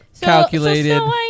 Calculated